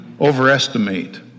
overestimate